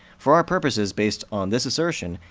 for our purposes, based on this assertion,